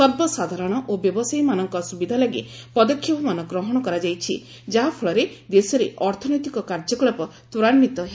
ସର୍ବସାଧାରଣ ଓ ବ୍ୟବସାୟୀମାନଙ୍କ ସୁବିଧା ଲାଗି ପଦକ୍ଷେପମାନ ଗ୍ରହଣ କରାଯାଇଛି ଯାହାଫଳରେ ଦେଶରେ ଅର୍ଥନୈତିକ କାର୍ଯ୍ୟକଳାପ ତ୍ୱରାନ୍ୱିତ ହେବ